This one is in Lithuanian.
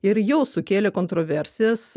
ir jau sukėlė kontroversijas